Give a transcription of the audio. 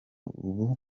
ubu